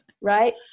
Right